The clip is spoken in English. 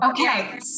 okay